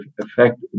effect